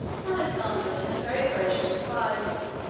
alexander returned very gracious replies,